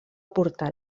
portar